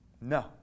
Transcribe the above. No